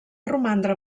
romandre